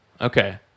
Okay